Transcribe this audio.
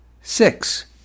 Six